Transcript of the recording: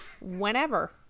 whenever